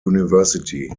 university